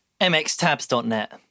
mxtabs.net